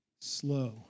slow